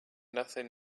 nothing